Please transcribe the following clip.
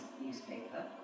newspaper